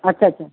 ଆଚ୍ଛା ଆଚ୍ଛା